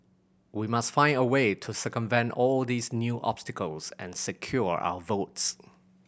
we must find a way to circumvent all these new obstacles and secure our votes